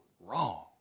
wrong